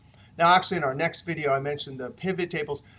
now, actually, in our next video i mention the pivot tables.